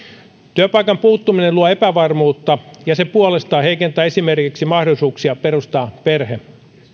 työpaikan puuttuminen luo epävarmuutta ja se puolestaan heikentää esimerkiksi mahdollisuuksia perustaa perhe